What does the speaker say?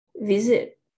visit